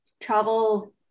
travel